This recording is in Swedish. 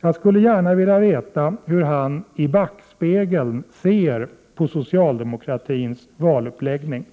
Jag skulle gärna vilja veta hur han i backspegeln ser på socialdemokratins valuppläggning.